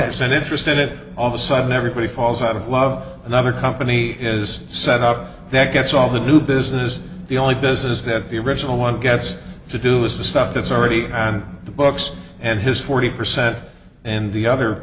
percent interest in it all the sudden everybody falls out of love another company is set up that gets all the new business the only business that the original one gets to do is the stuff that's already on the books and his forty percent and the other